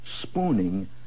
Spooning